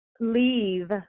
leave